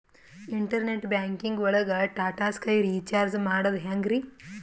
Internet banking ಒಳಗ್ Tata Sky recharge ಮಾಡದ್ ಹೆಂಗ್ರೀ?